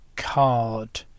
card